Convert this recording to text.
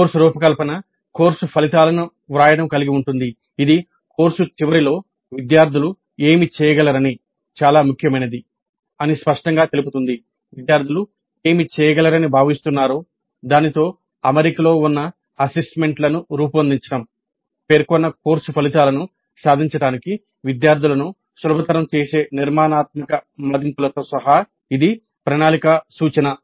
course రూపకల్పన course ఫలితాలను వ్రాయడం కలిగి ఉంటుంది ఇది కోర్సు చివరిలో "విద్యార్థులు ఏమి చేయగలరని " అని స్పష్టంగా తెలుపుతుంది విద్యార్థులు ఏమి చేయగలరని భావిస్తున్నారో దానితో అమరికలో ఉన్న అసెస్మెంట్లను రూపొందించడం పేర్కొన్న కోర్సు ఫలితాలను సాధించడానికి విద్యార్థులను సులభతరం చేసే నిర్మాణాత్మక మదింపులతో సహా ఇది ప్రణాళిక సూచన